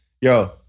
yo